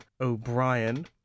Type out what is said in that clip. O'Brien